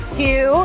two